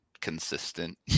Consistent